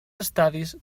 estadis